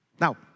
Now